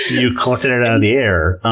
you collected it out of the air,